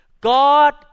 God